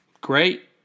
Great